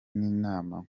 n’inama